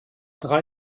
drei